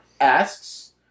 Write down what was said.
asks